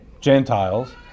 Gentiles